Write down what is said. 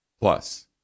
Plus